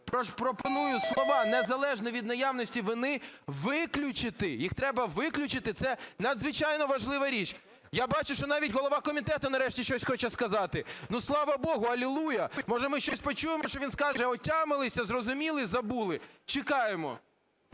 І я пропоную слова "незалежно від наявності вини" виключити. Їх треба виключити, це надзвичайно важлива річ. Я бачу, що навіть голова комітету нарешті щось хоче сказати. Ну Слава Богу! Алілуя! Може, ми щось почуємо, що він скаже: "Отямилися, зрозуміли, забули". Чекаємо.